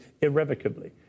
irrevocably